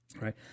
Right